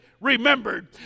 remembered